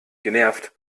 genervt